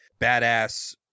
badass